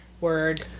Word